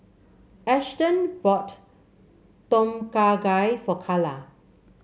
Ashton bought Tom Kha Gai for Kala